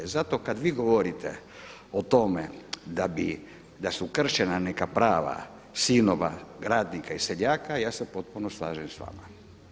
Zato kad vi govorite o tome da su kršena neka prava sinova radnika i seljaka ja se potpuno slažem s vama.